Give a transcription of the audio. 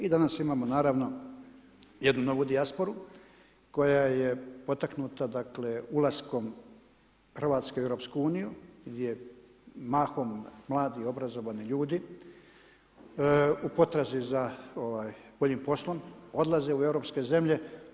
I danas imamo naravno jednu novu dijasporu koja je potaknuta ulaskom Hrvatske u Europsku uniju gdje mahom mladi, obrazovani ljudi u potrazi za boljim poslom odlaze u europske zemlje.